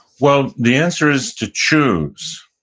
well, the answer is to choose.